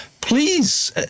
Please